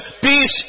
peace